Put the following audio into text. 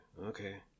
okay